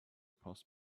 post